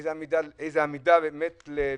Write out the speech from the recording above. איזו עמידה ופרגון.